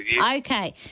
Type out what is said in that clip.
Okay